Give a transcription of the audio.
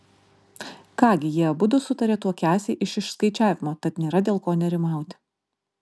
ką gi jie abudu sutarė tuokiąsi iš išskaičiavimo tad nėra dėl ko nerimauti